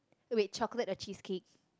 wait chocolate or cheesecake